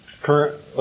current